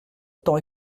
temps